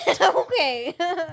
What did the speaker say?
Okay